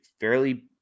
fairly